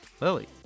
Lily